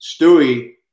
Stewie